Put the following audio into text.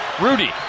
Rudy